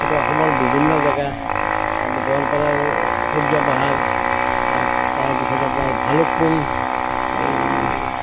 তাতে অসমৰ বিভিন্ন জেগা গোৱালপাৰাৰ সূৰ্য্য পাহাৰ তাৰপিছত আপোনাৰ ভালুকপুং এই